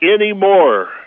anymore